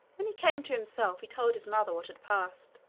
when he came to himself he told his mother what had passed,